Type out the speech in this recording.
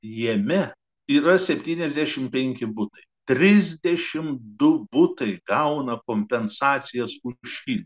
jame yra septyniasdešim penki butai trisdešim du butai gauna kompensacijas kupiškyje